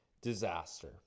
disaster